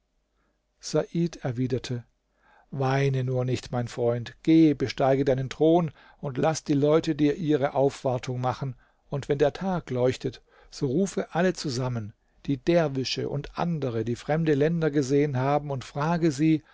said erwiderte weine nur nicht mein freund geh besteige deinen thron und laß die leute dir ihre aufwartung machen und wenn der tag leuchtet so rufe alle zusammen die derwische und andere die fremde länder gesehen haben und frage sie